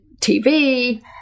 TV